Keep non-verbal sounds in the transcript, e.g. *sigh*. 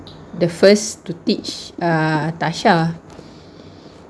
the first to teach err tasha *breath*